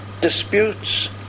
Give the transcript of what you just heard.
disputes